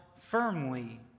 firmly